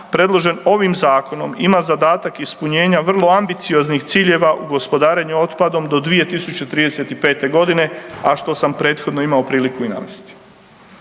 predložen ovim zakonom ima zadatak ispunjenja vrlo ambicioznih ciljeva u gospodarenju otpadom do 2035.g., a što sam prethodno imao priliku i navesti.